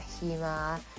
humor